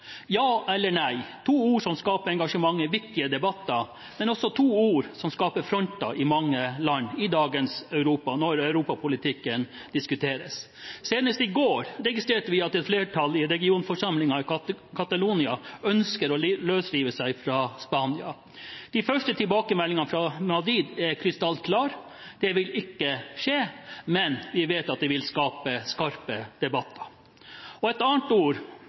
Ja eller nei, to ord som skaper engasjement i viktige debatter, men også to ord som skaper fronter i mange land i dagens Europa, når europapolitikken diskuteres. Senest i går registrerte vi at et flertall i regionforsamlingen i Catalonia ønsker å løsrive seg fra Spania. De første tilbakemeldingene fra Madrid er krystallklare – det vil ikke skje – men de vet at det vil skape skarpe debatter. Et annet ord